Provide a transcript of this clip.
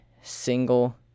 single